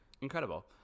Incredible